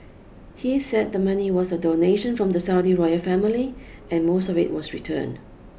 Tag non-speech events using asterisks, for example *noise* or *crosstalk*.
he said the money was *noise* a donation from the Saudi *noise* royal family and most of it was returned